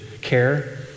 care